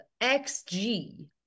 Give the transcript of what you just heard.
XG